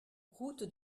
route